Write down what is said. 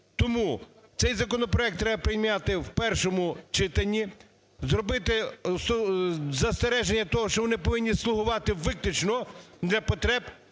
Тому цей законопроект треба прийняти у першому читанні, зробити застереження того, що вони повинні слугувати виключно для потреб